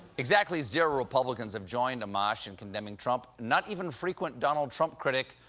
exactly zero republicans have joined amash in condemning trump. not even frequent donald trump critic,